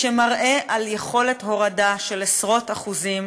שמראה על יכולת הורדה של עשרות אחוזים